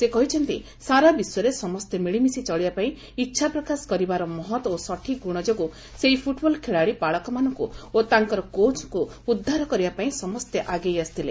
ସେ କହିଛନ୍ତି ସାରା ବିଶ୍ୱରେ ସମସ୍ତେ ମିଳିମିଶି ଚଳିବା ପାଇଁ ଇଚ୍ଛା ପ୍ରକାଶ କରିବାର ମହତ ଓ ସଠିକ୍ ଗୁଣ ଯୋଗୁଁ ସେହି ଫୁଟ୍ବଲ ଖେଳାଳୀ ବାଳକମାନଙ୍କୁ ଓ ତାଙ୍କର କୋଚ୍ଙ୍କୁ ଉଦ୍ଧାର କରିବା ପାଇଁ ସମସ୍ତେ ଆଗେଇ ଆସିଥିଲେ